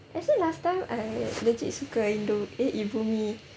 actually I last time legit suka indo~ eh ibumie